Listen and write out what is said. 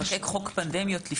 מתי הקורונה לא תיחשב פנדמיה,